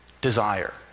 desire